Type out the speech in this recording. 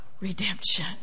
redemption